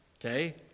Okay